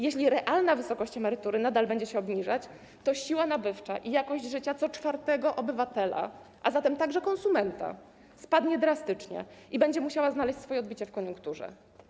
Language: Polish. Jeśli realna wysokość emerytury nadal będzie się obniżać, to siła nabywcza i jakość życia co czwartego obywatela, a zatem także konsumenta, drastycznie spadnie i to będzie musiało znaleźć swoje odbicie w koniunkturze.